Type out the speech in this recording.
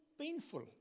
painful